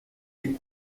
les